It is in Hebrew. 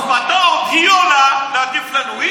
בחוצפתה, היא עולה להטיף לנו.